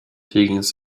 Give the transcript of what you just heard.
higgins